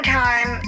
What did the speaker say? time